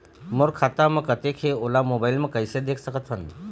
मोर खाता म कतेक हे ओला मोबाइल म कइसे देख सकत हन?